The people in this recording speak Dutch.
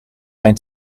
mijn